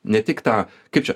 ne tik tą kaip čia